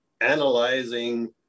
analyzing